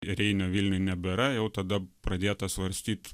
reinio vilniuj nebėra jau tada pradėta svarstyt